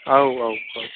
औ औ औ